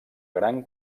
gran